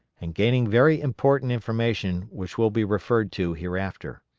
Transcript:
and gaining very important information which will be referred to hereafter.